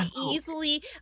easily